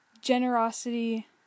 Generosity